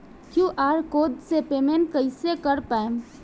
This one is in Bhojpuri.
क्यू.आर कोड से पेमेंट कईसे कर पाएम?